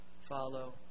follow